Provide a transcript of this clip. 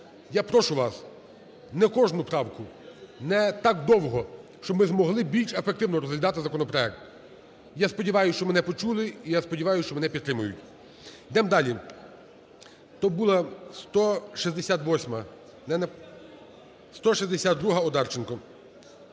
я прошу вас, не кожну правку не так довго, щоб ми змогли більш ефективно розглядати законопроект. Я сподіваюсь, що мене почули, і я сподіваюсь, що мене підтримують. Йдемо далі. То була 168-а, не…